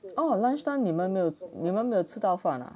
oh lunchtime 你们没有子你们没有吃到饭啊